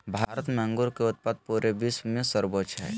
भारत में अंगूर के उत्पाद पूरे विश्व में सर्वोच्च हइ